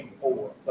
four